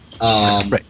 Right